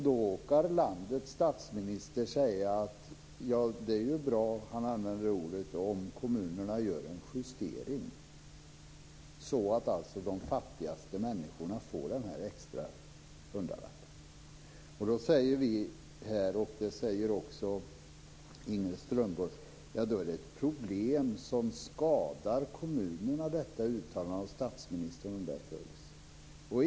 Då råkar landets statsminister säga att det är bra - han använder det ordet - om kommunerna gör en justering så att de fattigaste människorna får denna extra hundralapp. Då säger vi här - det säger också Inger Strömbom - att det är ett problem och att statsministerns uttalande skadar kommunerna om det följs.